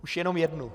Už jenom jednu.